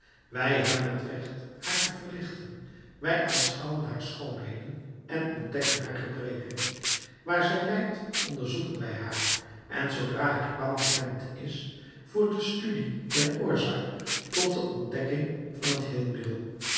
wij hebben het recht haar te verlichten wij aanschouwen haar schoonheden en ontdekken haar gebreken waar zij lijdt onderzoeken wij haar en zoodra haar kwaal bekend is voert de studie der oorzaak tot de ontdekking van het